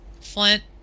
Flint